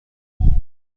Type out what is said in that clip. بود